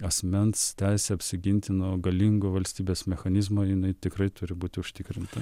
asmens teisė apsiginti nuo galingo valstybės mechanizmo jinai tikrai turi būti užtikrinta